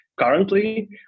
Currently